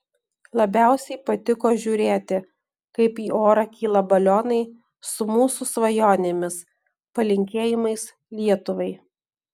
labiausiai patiko žiūrėti kaip į orą kyla balionai su mūsų svajonėmis palinkėjimais lietuvai